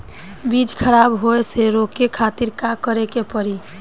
बीज खराब होए से रोके खातिर का करे के पड़ी?